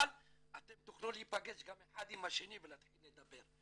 אבל אתם תוכלו להיפגש גם אחד עם השני ולהתחיל לדבר.